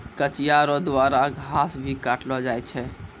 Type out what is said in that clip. कचिया रो द्वारा घास भी काटलो जाय छै